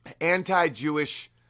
anti-Jewish